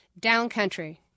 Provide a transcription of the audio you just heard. Downcountry